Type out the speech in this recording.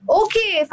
okay